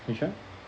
which one